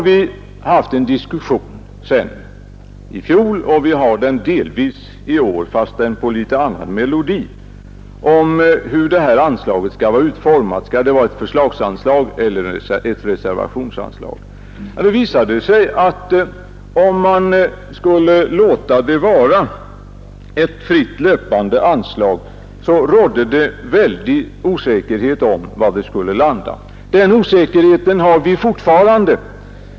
Vi hade en diskussion i fjol — och vi har den delvis i år, fastän på litet annan melodi — om hur det här anslaget skall vara utformat, förslagsanslag eller reservationsanslag? Det visade sig att om man lät det vara ett fritt löpande anslag, skulle det råda stor osäkerhet om var det skulle landa. Den osäkerheten har vi fortfarande.